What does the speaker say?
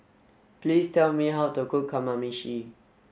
please tell me how to cook Kamameshi